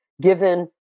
Given